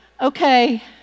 Okay